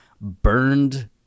burned